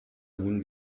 nun